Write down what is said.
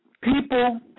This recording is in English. people